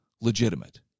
legitimate